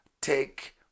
take